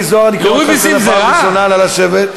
חבר הכנסת מיקי זוהר, נא לשבת.